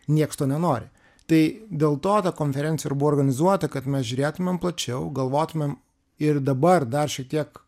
nieks to nenori tai dėl to ta konferencija ir buvo organizuota kad mes žiūrėtumėm plačiau galvotumėm ir dabar dar šiek tiek